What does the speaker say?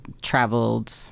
traveled